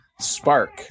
spark